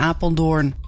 Apeldoorn